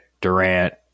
Durant